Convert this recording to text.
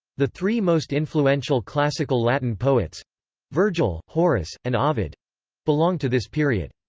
the three most influential classical latin poets vergil, horace, and ovid belong to this period.